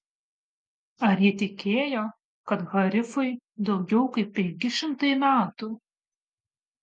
ar ji tikėjo kad harifui daugiau kaip penki šimtai metų